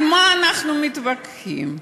על מה אנחנו מתווכחים?